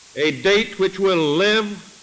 a date which will live